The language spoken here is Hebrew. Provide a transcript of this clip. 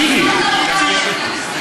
מיקי, עזוב, אתם הפסקתם אותם.